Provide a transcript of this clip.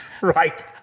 right